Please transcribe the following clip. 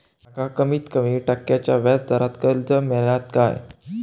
माका कमीत कमी टक्क्याच्या व्याज दरान कर्ज मेलात काय?